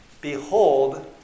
Behold